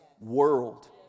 world